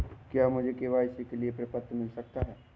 क्या मुझे के.वाई.सी के लिए प्रपत्र मिल सकता है?